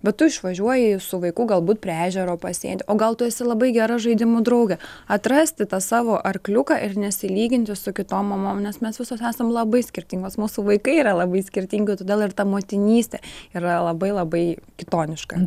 bet tu išvažiuoji su vaiku galbūt prie ežero pasėdi o gal tu esi labai geras žaidimų drauge atrasti tą savo arkliuką ir nesilyginti su kitom mamom nes mes visos esam labai skirtingos mūsų vaikai yra labai skirtingi todėl ir ta motinystė yra labai labai kitoniška